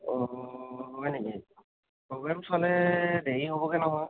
অ হয় নেকি প্ৰ'গেম চোৱালৈ দেৰি হ'বগৈ নহয়